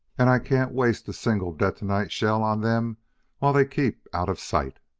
and i can't waste a single detonite shell on them while they keep out of sight.